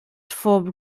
vor